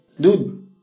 dude